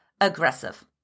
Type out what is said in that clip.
aggressive